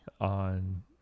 on